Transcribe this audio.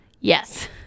yes